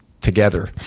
together